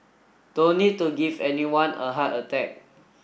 don't need to give anyone a heart attack